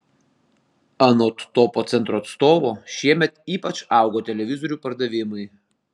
anot topo centro atstovo šiemet ypač augo televizorių pardavimai